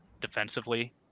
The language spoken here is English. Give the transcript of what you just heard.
defensively